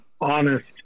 honest